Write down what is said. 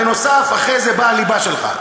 בנוסף ואחרי זה באה הליבה שלך.